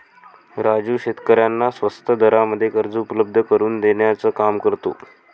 राजू शेतकऱ्यांना स्वस्त दरामध्ये कर्ज उपलब्ध करून देण्याचं काम करतो